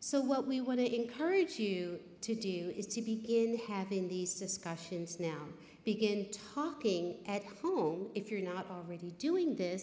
so what we want to encourage you to do is to be in having these discussions now begin talking at home if you're not already doing this